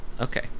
Okay